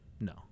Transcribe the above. No